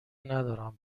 ندارم